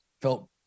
felt